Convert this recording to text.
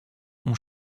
ont